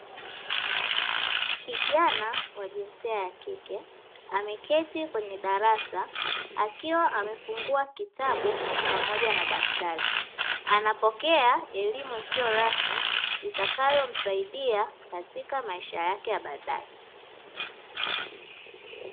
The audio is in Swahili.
Kijana wa jinsia ya kike, ameketi kwenye darasa akiwa amefungua kitabu pamoja na daftari anapokea elimu isiyo rasmi itakayomsaidia katika maisha yake ya baadae.